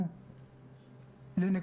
בני גנץ,